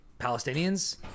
Palestinians